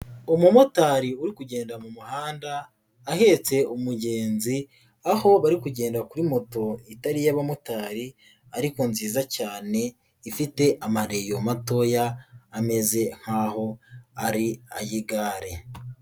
Umumotari uri kugenda mu muhanda, ahetse umugenzi, aho bari kugenda kuri moto itari iy'abamotari ariko nziza cyane, ifite amareyo matoya, ameze nkaho ari ay'igare.